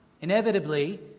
Inevitably